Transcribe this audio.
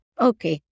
Okay